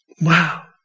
Wow